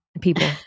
People